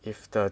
if the